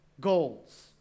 goals